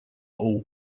all